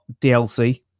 DLC